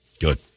Good